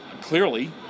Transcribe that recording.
clearly